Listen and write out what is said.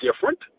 different